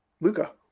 Luca